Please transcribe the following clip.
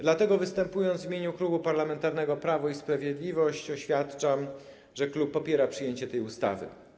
Dlatego występując w imieniu Klubu Parlamentarnego Prawo i Sprawiedliwość, oświadczam, że klub popiera przyjęcie tej ustawy.